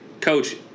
coach